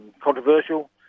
controversial